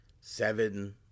seven